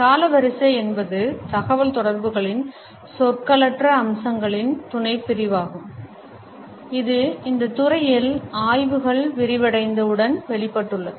காலவரிசை என்பது தகவல்தொடர்புகளின் சொற்களற்ற அம்சங்களின் துணைப்பிரிவாகும் இது இந்த துறையில் ஆய்வுகள் விரிவடைந்தவுடன் வெளிப்பட்டுள்ளது